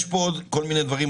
יש פה עוד כל מיני דברים,